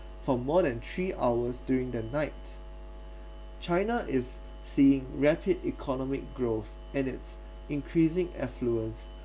for more than three hours during the night china is seeing rapid economic growth and it's increasing affluence